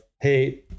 Hey